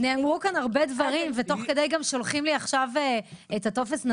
נאמרו כאן הרבה דברים ותוך כדי גם שולחים לי עכשיו את הטופס של